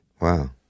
Wow